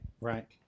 Right